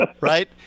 right